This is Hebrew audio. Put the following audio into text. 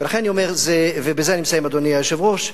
אני אומר, ובזה אני מסיים, אדוני היושב-ראש,